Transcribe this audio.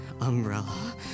umbrella